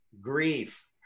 grief